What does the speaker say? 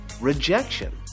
rejection